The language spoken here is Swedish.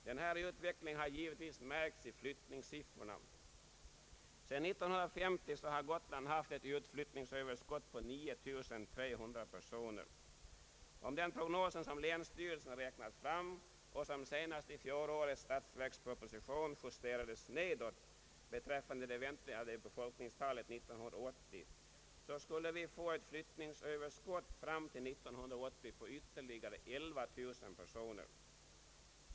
Den här utvecklingen har givetvis märkts i flyttningssiffrorna. Sedan år 1950 har Gotland haft ett utflyttningsöverskott på 9300 personer. Enligt de prognoser som länsstyrelsen har räknat fram och som senast i fjolårets statsverksproposition justerades nedåt beträffande det väntade befolkningstalet år 1980 skulle vi få ett utflyttningsöverskott fram till år 1980 på ytterligare 11 000 personer.